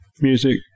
music